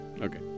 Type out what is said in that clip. Okay